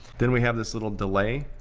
then we have this little delay,